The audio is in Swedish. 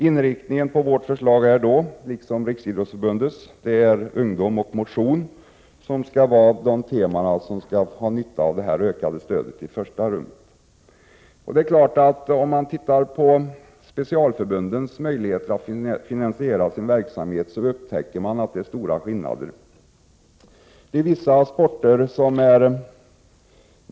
Inriktningen på vårt förslag är liksom Riksidrottsförbundets ungdom och motion. Det är i första hand dessa områden som skall ha nytta av det ökade stödet. Om man ser till specialförbundens möjligheter att finansiera sin verksamhet upptäcker man att det finns stora skillnader mellan dem i det avseendet.